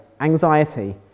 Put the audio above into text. anxiety